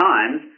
Times